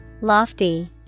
Lofty